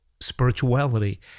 spirituality